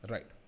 Right